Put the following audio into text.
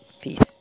Peace